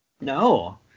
No